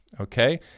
Okay